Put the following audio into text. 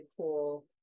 cool